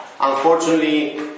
Unfortunately